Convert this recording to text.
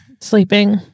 Sleeping